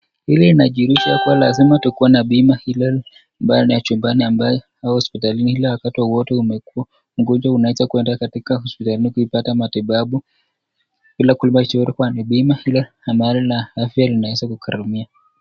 Hili inajuhulisha kwamba lazima tukuwe na bima chumbani au hospitalini, ili wakati wowote unaeza kuwa mgonjwa unaeza kwenda hospitali hii kupata matibabu, bila kulipa shuru, bima la afya inaeza ukatumia.